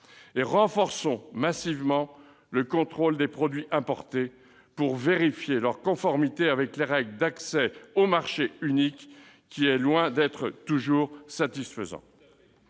; renforçons massivement le contrôle des produits importés pour vérifier leur conformité aux règles d'accès au marché unique, qui est loin d'être toujours satisfaisante.